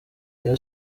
rayon